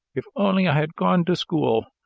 if only i had gone to school!